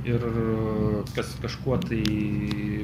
ir kas kažkuo tai